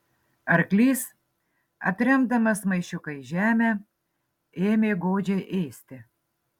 arklys atremdamas maišiuką į žemę ėmė godžiai ėsti